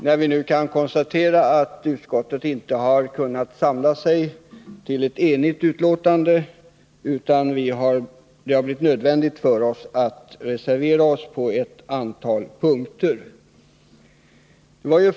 Det kan konstateras att utskottet inte har kunnat samla sig kring ett enigt betänkande, och det har varit nödvändigt för oss att reservera oss på ett antal punkter.